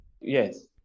yes